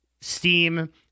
Steam